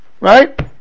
right